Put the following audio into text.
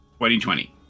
2020